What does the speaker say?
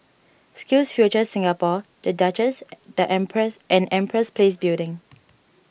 SkillsFuture Singapore the Duchess the Empress and Empress Place Building